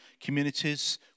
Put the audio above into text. communities